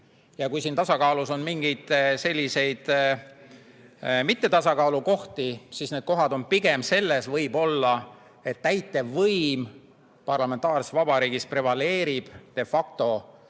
Ja kui siin tasakaalus on mingeid selliseid mittetasakaalukohti, siis need kohad on pigem võib-olla selles, et täitevvõim parlamentaarses vabariigis prevaleeribde